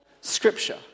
Scripture